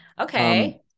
Okay